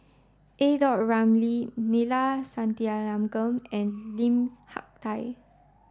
either a Ramli Neila Sathyalingam and Lim Hak Tai